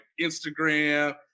Instagram